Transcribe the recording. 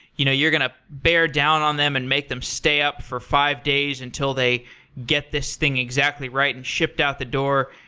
you know you're going to bear down on them and make them stay up for five days until they get this thing exactly right and shipped out the door.